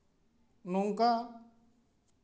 ᱱᱚᱝᱠᱟ